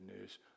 news